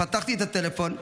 פתחתי את הטלפון,